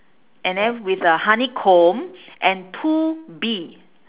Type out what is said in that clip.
and then with a honeycomb and two bee